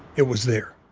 it was there